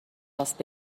راست